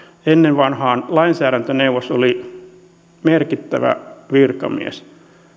ennen vanhaan lainsäädäntöneuvos oli merkittävä virkamies